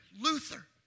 Luther